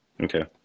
Okay